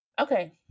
okay